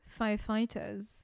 firefighters